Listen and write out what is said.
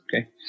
okay